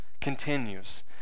continues